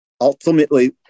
Ultimately